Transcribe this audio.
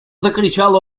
закричал